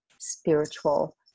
spiritual